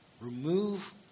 Remove